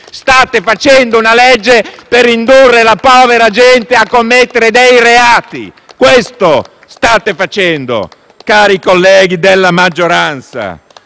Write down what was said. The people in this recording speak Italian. State facendo una legge per indurre la povera gente a commettere dei reati! Questo è ciò che state facendo, cari colleghi della maggioranza.